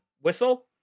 whistle